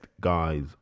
guys